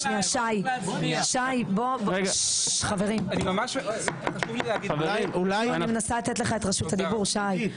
שנייה, חברים, אני מנסה לתת לך את רשות הדיבור שי.